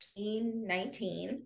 2019